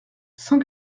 cent